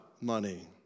money